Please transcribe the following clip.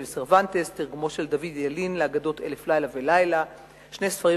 של סרוונטס ותרגומו של דוד ילין לאגדות "אלף לילה ולילה" שני ספרים,